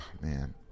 man